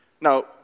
Now